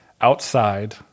Outside